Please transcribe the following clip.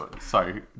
Sorry